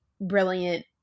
brilliant